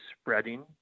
spreading